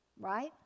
Right